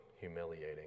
humiliating